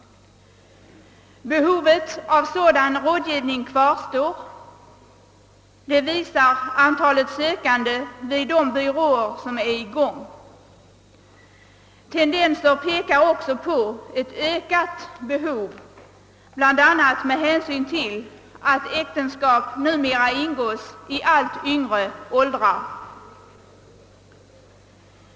Behovet av sådan rådgivning kvarstår, vilket framgår av antalet sökande vid de byråer som är i drift. Tendenser pekar också på ett ökat behov, bl.a. till följd av att äktenskap numera ingås i allt lägre åldrar.